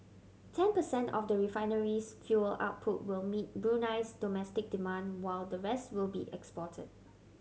ten percent of the refinery's fuel output will meet Brunei's domestic demand while the vest will be exported